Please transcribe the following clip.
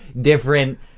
different